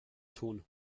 tun